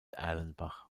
erlenbach